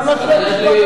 למה שלא תקבע,